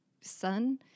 son